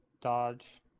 dodge